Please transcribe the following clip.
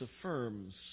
affirms